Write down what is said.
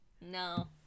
No